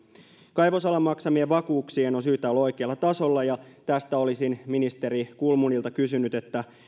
kaivosalan maksamien vakuuksien on syytä olla oikealla tasolla tästä olisin ministeri kulmunilta kysynyt